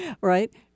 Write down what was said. Right